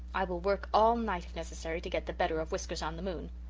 i will work all night if necessary to get the better of whiskers-on-the-moon.